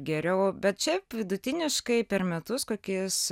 geriau bet šiaip vidutiniškai per metus kokius